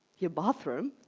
your bathroom,